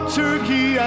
turkey